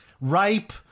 rape